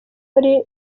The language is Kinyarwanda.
muri